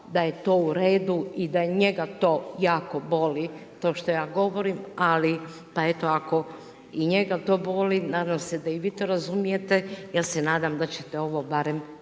da je to u redu i da je njega to jako boli, to što ja govorim, ali, pa eto i njega to boli, nadam se da i vi to razumijete, ja se nadam da ćete ovo barem